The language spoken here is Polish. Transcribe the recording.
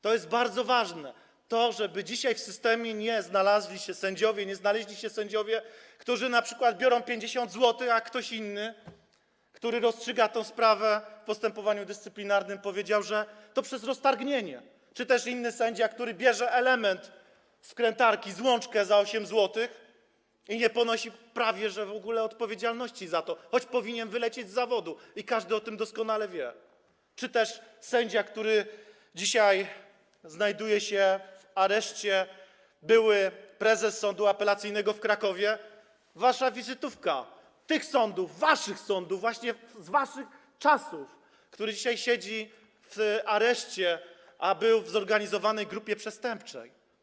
To jest bardzo ważne, żeby dzisiaj w systemie nie znaleźli się sędziowie, którzy np. biorą 50 zł, a ktoś inny, kto rozstrzyga tę sprawę w postępowaniu dyscyplinarnym, mówi, że to przez roztargnienie; czy też inny sędzia, który bierze element wkrętarki, złączkę za 8 zł, i nie ponosi prawie w ogóle odpowiedzialności za to, choć powinien wylecieć z zawodu, i każdy o tym doskonale wie; czy też sędzia, który dzisiaj znajduje się w areszcie, były prezes Sądu Apelacyjnego w Krakowie - wasza wizytówka, tych sądów, waszych sądów, właśnie z waszych czasów - który dzisiaj siedzi w areszcie, a był w zorganizowanej grupie przestępczej.